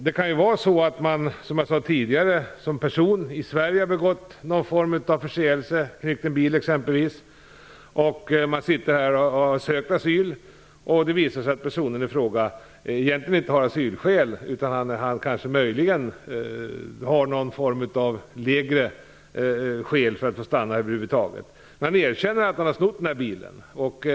Det kan vara så, som jag sade tidigare, att en person som har sökt asyl i Sverige har begått någon form av förseelse, knyckt en bil exempelvis, och det visar sig att personen i fråga egentligen inte har asylskäl. Han har möjligen någon form av lägre skäl för att över huvud taget få stanna. Han erkänner att han har snott den här bilen.